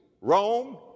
Rome